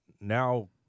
now